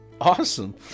Awesome